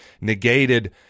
negated